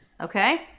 okay